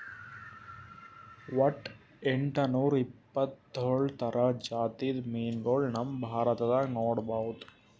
ವಟ್ಟ್ ಎಂಟನೂರಾ ಎಪ್ಪತ್ತೋಳ್ ಥರ ಜಾತಿದ್ ಮೀನ್ಗೊಳ್ ನಮ್ ಭಾರತದಾಗ್ ನೋಡ್ಬಹುದ್